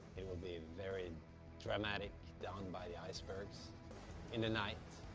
it will be very dramatic down by the icebergs in the night,